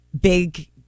Big